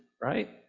right